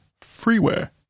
freeware